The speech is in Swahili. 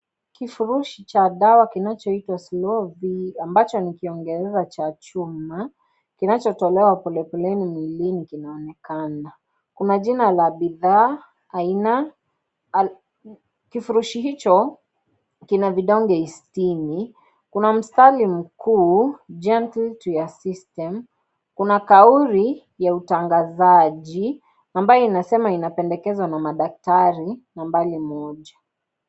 Kifurushi cha dawa kinachoitwa SlowFe ambacho ni kiongelela cha chuma kinachotolewa polepoleni mwilini kinaonekana kuna jina ya bidhaa aina kufurushi hicho kina vidonge isitini kuna msitari mkuu Gentle to your system kuna kauli ya utangazaji ambayo inasema inapendekezwa na madaktari nambari moja.